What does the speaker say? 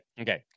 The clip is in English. Okay